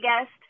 guest